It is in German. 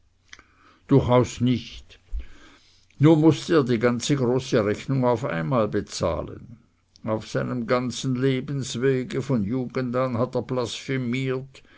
durchaus nicht nur mußte er die ganze große rechnung auf einmal bezahlen auf seinem ganzen lebenswege von jugend an hat er blasphemiert